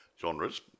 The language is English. genres